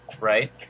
right